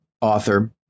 author